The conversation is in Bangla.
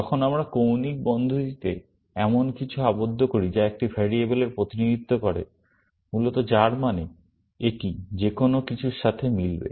যখন আমরা কৌণিক বন্ধনীতে এমন কিছু আবদ্ধ করি যা একটি ভ্যারিয়েবল এর প্রতিনিধিত্ব করে মূলত যার মানে এটি যেকোনো কিছুর সাথে মিলবে